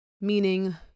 meaning